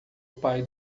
pai